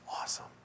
awesome